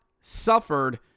suffered